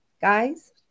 guys